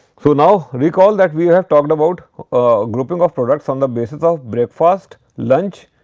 so, now, recall that we have talked about grouping of products on the basis of breakfast, lunch,